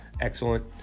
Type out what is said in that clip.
excellent